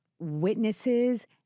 witnesses